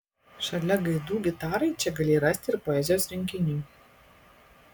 šalia gaidų gitarai čia galėjai rasti ir poezijos rinkinių